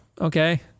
Okay